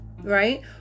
right